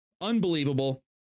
Unbelievable